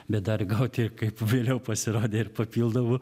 bet dar gauti kaip vėliau pasirodė ir papildomų